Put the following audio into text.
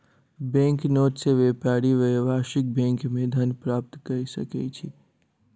bank note सॅ व्यापारी व्यावसायिक बैंक मे धन प्राप्त कय सकै छै